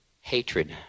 Hatred